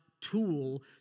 tool